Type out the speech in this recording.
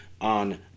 on